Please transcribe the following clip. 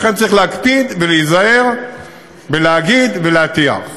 צריך להקפיד ולהיזהר בלהגיד ולהטיח,